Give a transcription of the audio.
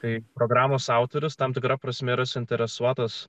kai programos autorius tam tikra prasme yra suinteresuotas